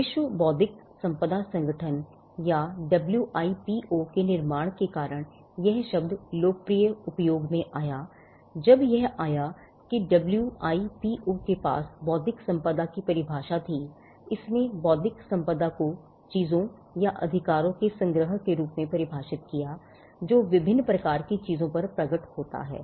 विश्व बौद्धिक संपदा संगठन या डब्ल्यूआईपीओ के निर्माण के कारण यह शब्द लोकप्रिय उपयोग में आया जब यह आया कि डब्ल्यूआईपीओ के पास बौद्धिक संपदा की परिभाषा थी इसने बौद्धिक संपदा को चीजों या अधिकारों के संग्रह के रूप में परिभाषित किया जो विभिन्न प्रकार की चीजों पर प्रकट होता है